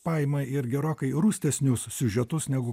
paima ir gerokai rūstesnius siužetus negu